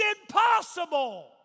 impossible